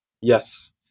Yes